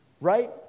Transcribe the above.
Right